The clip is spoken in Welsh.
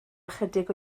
ychydig